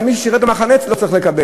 גם מי ששירת ב"במחנה" לא צריך לקבל,